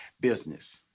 business